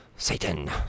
Satan